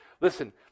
Listen